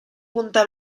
punta